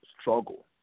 struggle